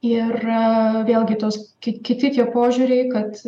ir vėlgi tos kiti tie požiūriai kad